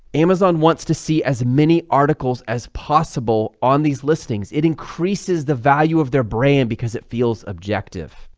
amazon wants to see as many articles as possible on these listings. it increases the value of their brand because it feels objective,